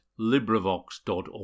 LibriVox.org